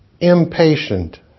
impatient